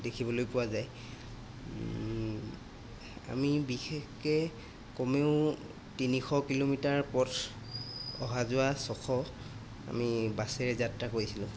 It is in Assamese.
দেখিবলৈ পোৱা যায় আমি বিশেষকৈ কমেও তিনিশ কিলোমিটাৰ পথ অহা যোৱা ছশ আমি বাছেৰে যাত্ৰা কৰিছিলোঁ